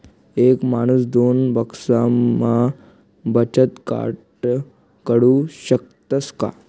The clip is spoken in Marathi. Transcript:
एक माणूस दोन बँकास्मा बचत खातं काढु शकस का?